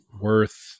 worth